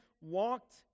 walked